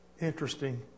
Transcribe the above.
interesting